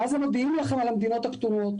ואז הם מודיעים לכם על המדינות הפטורות,